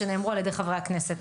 שנאמרו על ידי חברי הכנסת.